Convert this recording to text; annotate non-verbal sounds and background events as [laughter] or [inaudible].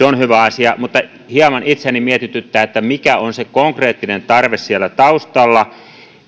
[unintelligible] on hyvä asia mutta itseäni hieman mietityttää mikä on se konkreettinen tarve siellä taustalla